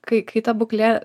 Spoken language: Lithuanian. kai kai ta būklė